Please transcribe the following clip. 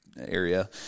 area